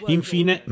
Infine